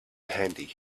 handy